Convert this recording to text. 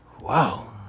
wow